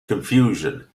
confusion